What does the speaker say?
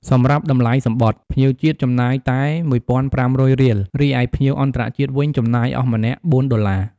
សម្រាប់តម្លៃសំបុត្រ ភ្ញៀវជាតិចំណាយតែ ១,៥០០ រៀលរីឯ ភ្ញៀវអន្តរជាតិវិញចំណាយអស់ម្នាក់៤ ដុល្លារ ។